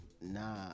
nah